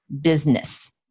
business